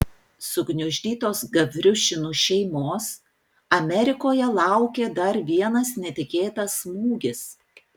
sugniuždytos gavriušinų šeimos amerikoje laukė dar vienas netikėtas smūgis